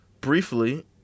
Briefly